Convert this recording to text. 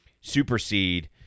supersede